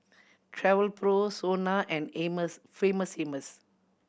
Travelpro SONA and Famous Amos